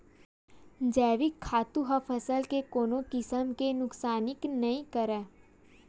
जइविक खातू ह फसल ल कोनो किसम के नुकसानी नइ करय